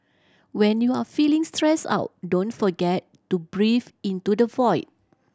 when you are feeling stressed out don't forget to breathe into the void